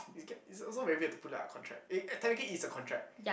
you get it's also very weird to put it like a contract eh technically it's a contract